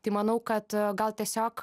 tai manau kad gal tiesiog